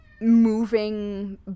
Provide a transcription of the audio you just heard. moving